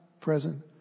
present